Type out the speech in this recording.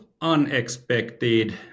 unexpected